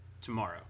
tomorrow